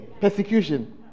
persecution